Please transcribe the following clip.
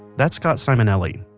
that's scott simonelli,